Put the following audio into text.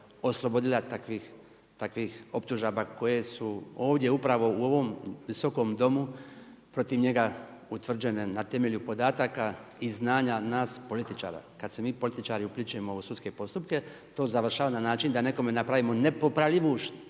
oslobodila takvih optužaba koje su ovdje upravo u ovom Visokom domu protiv njega utvrđene na temelju podataka i znanja nas političara. Kad se mi političari uplićemo u sudske postupke, to završava na način, da nekome napravimo nepopravljivu